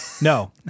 No